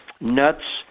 nuts